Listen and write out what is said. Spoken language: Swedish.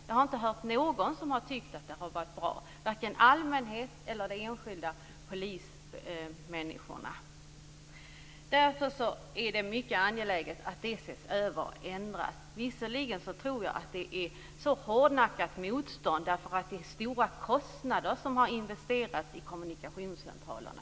Jag har inte hört någon som har tyckt att det är bra - varken allmänheten eller de enskilda poliserna. Därför är det mycket angeläget att detta ses över och ändras. Jag tror visserligen att det finns ett hårdnackat motstånd på grund av att stora kostnader har investerats i kommunikationscentralerna.